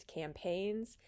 campaigns